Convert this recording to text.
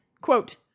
quote